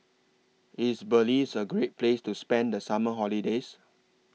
IS Belize A Great Place to spend The Summer holidays